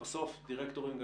ובסוף דירקטורים,